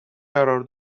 قرار